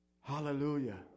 Hallelujah